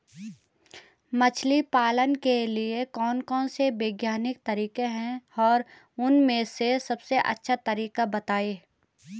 मछली पालन के लिए कौन कौन से वैज्ञानिक तरीके हैं और उन में से सबसे अच्छा तरीका बतायें?